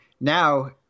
now